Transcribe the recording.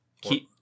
keep